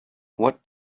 what